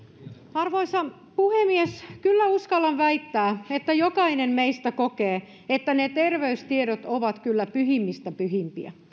arvoisa puhemies kyllä uskallan väittää että jokainen meistä kokee että terveystiedot ovat kyllä pyhimmistä pyhimpiä